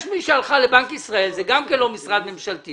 יש מי שהלכה לבנק ישראל זה גם כן לא משרד ממשלתי